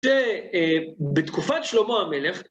שבתקופת שלמה המלך,